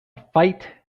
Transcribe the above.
fight